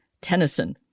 Tennyson